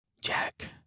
Jack